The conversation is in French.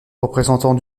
représentants